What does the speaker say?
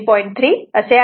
3 o असे आहे